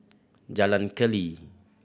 Jalan Keli